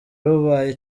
rubaye